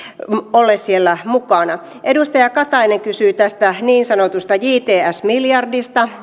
ole siellä mukana edustaja katainen kysyi tästä niin sanotusta jts jts miljardista